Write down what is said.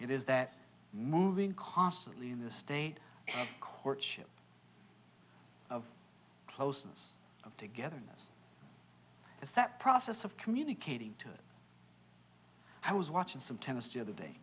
it is that moving constantly in this state courtship of closeness of togetherness is that process of communicating to i was watching some tennis the other day